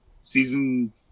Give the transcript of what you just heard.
season